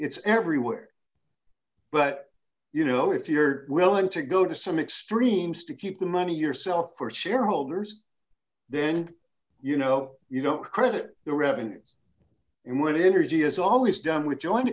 it's everywhere but you know if you're willing to go to some extreme stick keep the money yourself for shareholders then you know you don't credit the revenues and when energy is always done with join